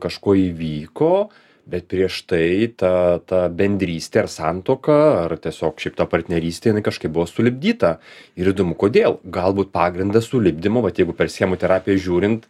kažko įvyko bet prieš tai ta ta bendrystė ar santuoka ar tiesiog šiaip ta partnerystė jinai kažkaip buvo sulipdyta ir įdomu kodėl galbūt pagrindas sulipdymui vat jeigu per schemų terapiją žiūrint